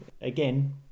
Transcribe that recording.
again